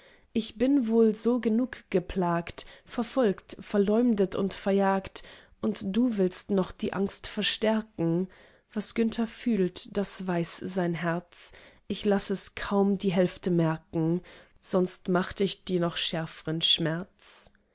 ich bin wohl so genug geplagt verfolgt verleumdet und verjagt und du willst noch die angst verstärken was günther fühlt das weiß sein herz ich laß es kaum die hälfte merken sonst macht ich dir noch schärfern schmerz